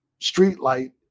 streetlight